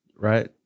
right